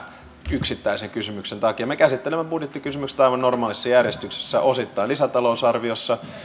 yksittäisen kysymyksen takia me käsittelemme budjettikysymykset aivan normaalissa järjestyksessä osittain lisätalousarviossa